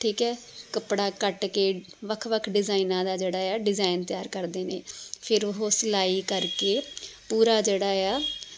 ਠੀਕ ਹੈ ਕੱਪੜਾ ਕੱਟ ਕੇ ਵੱਖ ਵੱਖ ਡਿਜ਼ਾਇਨਾਂ ਦਾ ਜਿਹੜਾ ਆ ਡਿਜ਼ਾਇਨ ਤਿਆਰ ਕਰਦੇ ਨੇ ਫਿਰ ਉਹ ਸਿਲਾਈ ਕਰਕੇ ਪੂਰਾ ਜਿਹੜਾ ਆ